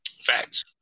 Facts